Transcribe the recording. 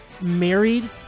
married